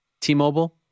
T-Mobile